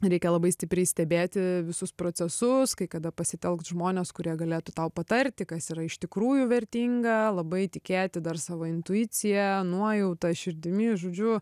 reikia labai stipriai stebėti visus procesus kai kada pasitelkt žmones kurie galėtų tau patarti kas yra iš tikrųjų vertinga labai tikėti dar savo intuicija nuojauta širdimi žodžiu